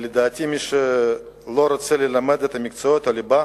לדעתי, מי שלא רוצה ללמד את מקצועות הליבה,